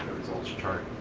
results chart.